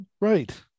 right